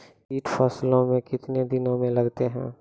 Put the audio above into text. कीट फसलों मे कितने दिनों मे लगते हैं?